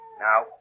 Now